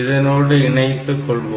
இதனோடு இணைத்துக் கொள்வோம்